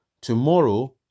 Tomorrow